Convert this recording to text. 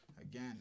Again